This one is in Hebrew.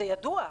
זה ידוע.